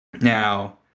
now